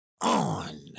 on